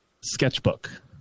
Sketchbook